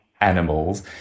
animals